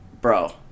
bro